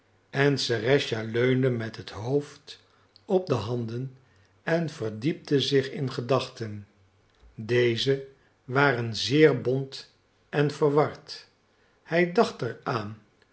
en serëscha leunde met het hoofd op de handen en verdiepte zich in gedachten deze waren zeer bont en verward hij dacht er aan